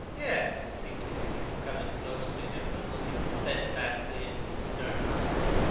yes, he continued, coming closer to him and looking steadfastly into his stern eyes,